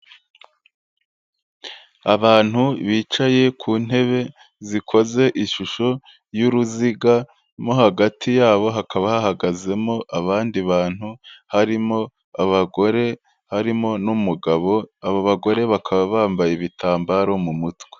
Abantu bicaye ku ntebe zikoze ishusho y'uruziga mo hagati yabo hakaba hahagazemo abandi bantu, harimo abagore, harimo n'umugabo, abagore bakaba bambaye ibitambaro mu mutwe.